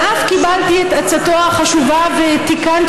ואף קיבלתי את עצתו החשובה ותיקנתי